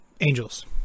Angels